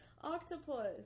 octopus